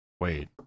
Wait